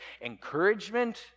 encouragement